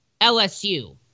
LSU